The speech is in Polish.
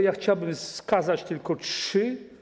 Ja chciałbym wskazać tylko trzy.